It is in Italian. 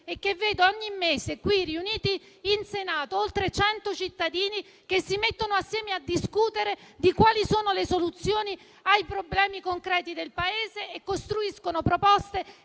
e che vede ogni mese riuniti qui in Senato oltre cento cittadini che si mettono a discutere assieme delle soluzioni ai problemi concreti del Paese e costruiscono proposte